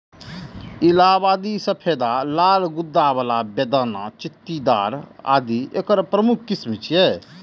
इलाहाबादी सफेदा, लाल गूद्दा बला, बेदाना, चित्तीदार आदि एकर प्रमुख किस्म छियै